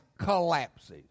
collapses